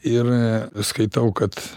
ir skaitau kad